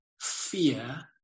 fear